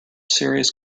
serious